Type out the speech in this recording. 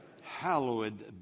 Hallowed